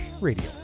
radio